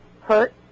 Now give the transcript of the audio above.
hurt